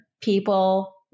people